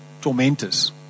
tormentors